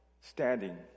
standing